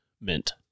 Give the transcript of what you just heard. Mint